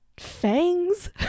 fangs